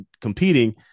competing